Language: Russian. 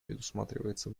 предусматривается